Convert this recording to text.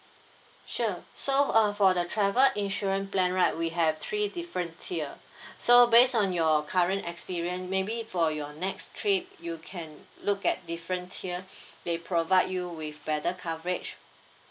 sure so uh for the travel insurance plan right we have three different tier so based on your current experience maybe for your next trip you can look at different tier that provide you with better coverage